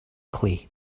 clay